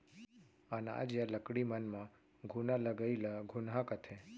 अनाज या लकड़ी मन म घुना लगई ल घुनहा कथें